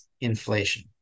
inflation